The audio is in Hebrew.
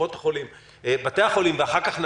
קופות החולים ובתי החולים ואחר כך,